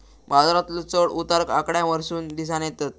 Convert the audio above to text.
बाजारातलो चढ उतार आकड्यांवरसून दिसानं येतत